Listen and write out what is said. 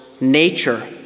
nature